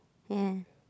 ya